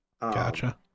Gotcha